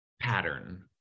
pattern